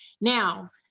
now